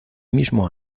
mismo